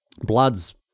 Blood's